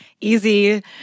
easy